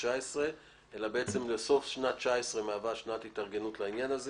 2019 אלא ששנת 2019 מהווה שנת התארגנות לעניין הזה